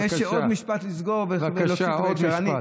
יש עוד משפט לסגור, בבקשה, עוד משפט.